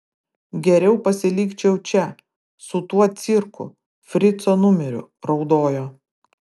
geriau pasilikčiau čia su tuo cirku frico numeriu raudojo